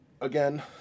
Again